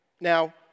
Now